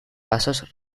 pasos